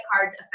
cards